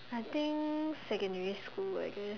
I think secondary school I guess